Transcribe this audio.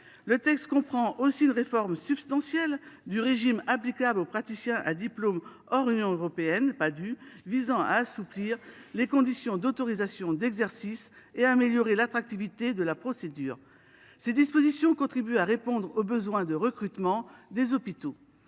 Le texte comprend aussi une réforme substantielle du régime applicable aux Padhue visant à assouplir les conditions d’autorisation d’exercice et à améliorer l’attractivité de la procédure. Ces dispositions contribuent à répondre aux besoins de recrutement des hôpitaux.